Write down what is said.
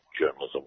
journalism